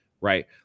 right